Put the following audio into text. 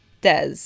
des